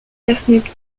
ethnic